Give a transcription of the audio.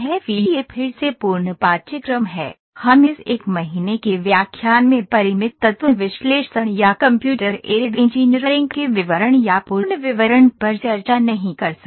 FEA यह फिर से पूर्ण पाठ्यक्रम है हम इस 1 महीने के व्याख्यान में परिमित तत्व विश्लेषण या कंप्यूटर एडेड इंजीनियरिंग के विवरण या पूर्ण विवरण पर चर्चा नहीं कर सकते